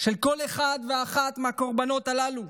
של כל אחד ואחת מהקורבנות הללו.